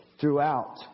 throughout